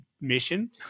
mission